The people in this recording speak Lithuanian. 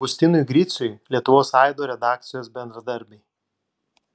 augustinui griciui lietuvos aido redakcijos bendradarbiai